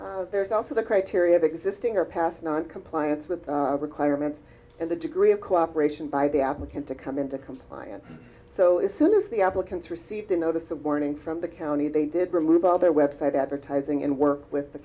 there's also the criteria of existing or past noncompliance with requirements in the degree of cooperation by the applicant to come into compliance so it soonest the applicants received a notice of warning from the county they did remove all their website advertising and work with the